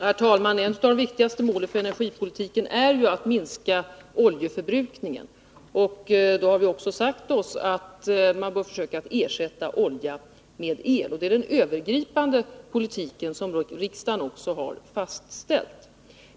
Herr talman! Ett av de viktigaste målen för energipolitiken är att minska oljeförbrukningen. Vi har också sagt oss att man bör försöka ersätta olja med el. Det är den övergripande politiken, som också riksdagen har fastställt.